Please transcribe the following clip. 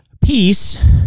Peace